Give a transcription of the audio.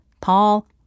Paul